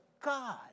God